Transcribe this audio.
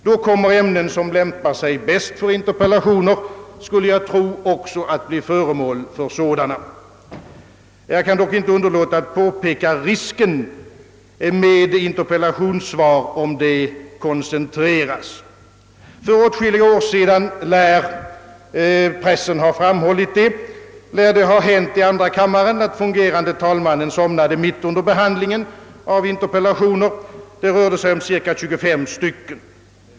Då kommer ämnen, som lämpar sig bäst för interpellationer, också att bli föremål för sådana. Jag kan dock inte underlåta att påpeka risken med interpellationssvar om de koncentreras. För åtskilliga år sedan lär det ha hänt i andra kammaren — pressen har framhållit det — att fungerande talmannen somnade mitt under behandlingen av interpellationer, det rörde sig om cirka 25 stycken.